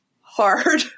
hard